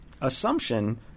Assumption